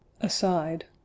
aside